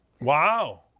Wow